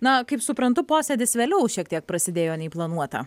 na kaip suprantu posėdis vėliau šiek tiek prasidėjo nei planuota